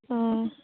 ம்